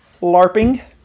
LARPing